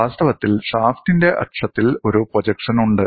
വാസ്തവത്തിൽ ഷാഫ്റ്റിന്റെ അക്ഷത്തിൽ ഒരു പ്രൊജക്ഷൻ ഉണ്ട്